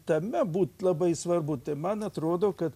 tame būt labai svarbu tai man atrodo kad